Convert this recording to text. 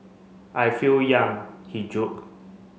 I feel young he joke